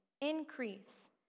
increase